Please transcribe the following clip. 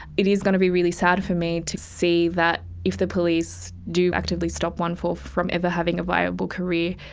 it is gonna be really sad for me to see that if the police do actively stop one four from ever having a viable career,